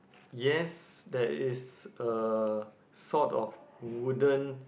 yes there is a sort of wooden